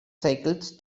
cycles